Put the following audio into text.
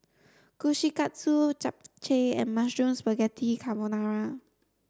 Kushikatsu Japchae and Mushroom Spaghetti Carbonara